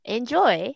Enjoy